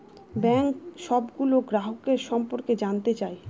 bank সবগুলো গ্রাহকের সম্পর্কে জানতে চায়